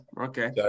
okay